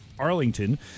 Arlington